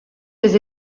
des